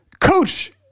coach